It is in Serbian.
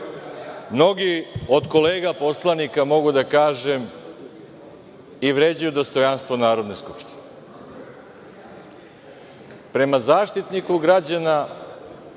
mnogi od kolega poslanika mogu da kažem da vređaju dostojanstvo Narodne skupštine. Prema Zaštitniku građana